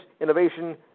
innovation